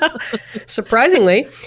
Surprisingly